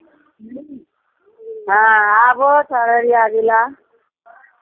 हँ आबथु अररिया जिला